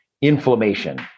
inflammation